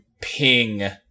ping